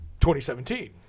2017